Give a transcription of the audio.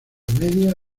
media